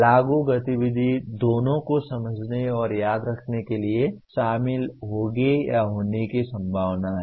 लागू गतिविधि दोनों को समझने और याद रखने के लिए शामिल होगी या होने की संभावना है